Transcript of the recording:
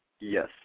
Yes